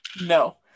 No